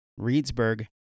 Reedsburg